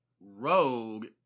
Rogue